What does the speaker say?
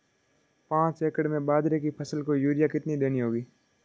पांच एकड़ में बाजरे की फसल को यूरिया कितनी देनी होगी?